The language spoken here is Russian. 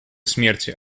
смерти